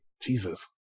Jesus